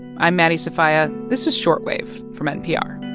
i'm maddie sofia. this is short wave from npr